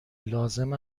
لازم